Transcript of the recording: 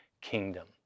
Kingdom